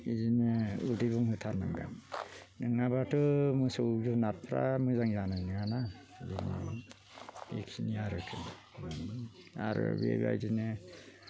बिदिनो उदै बुंहोथारनांगोन नङाबाथ' मोसौ जुनातफ्रा मोजां जानाय नङा ना बिदिनो बेखिनि आरिखि आरो बेबायदिनो